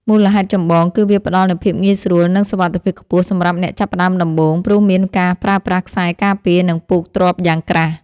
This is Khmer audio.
មូលហេតុចម្បង គឺវាផ្ដល់នូវភាពងាយស្រួល និងសុវត្ថិភាពខ្ពស់សម្រាប់អ្នកចាប់ផ្ដើមដំបូង ព្រោះមានការប្រើប្រាស់ខ្សែការពារ និងពូកទ្រាប់យ៉ាងក្រាស់។